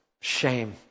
shame